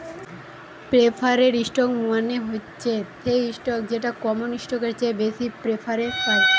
preferred stock মানে হচ্ছে সেই স্টক যেটা কমন স্টকের চেয়ে বেশি প্রেফারেন্স পায়